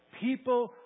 People